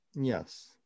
Yes